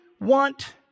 want